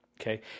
Okay